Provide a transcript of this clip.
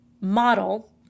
model